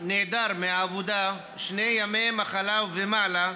נעדר מהעבודה שני ימי מחלה ומעלה,